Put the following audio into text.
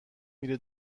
میره